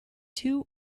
two